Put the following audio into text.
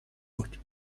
بود